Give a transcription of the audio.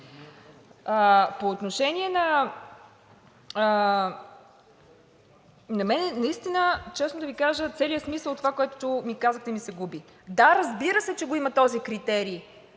Закона. На мен наистина, честно да Ви кажа, целият смисъл от това, което ми казахте, ми се губи. Да, разбира се, че го има този критерий,